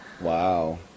Wow